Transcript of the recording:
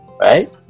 right